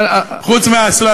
חוץ מהאסלה,